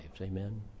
Amen